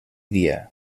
dia